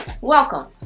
Welcome